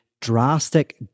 drastic